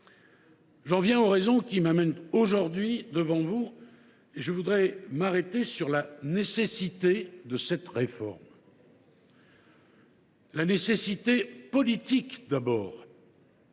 J’en viens aux raisons qui m’amènent aujourd’hui devant vous, et je veux m’arrêter sur la nécessité de cette réforme. Cette nécessité est d’abord